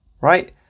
right